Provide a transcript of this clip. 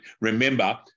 remember